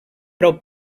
prou